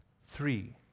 Three